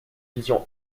vision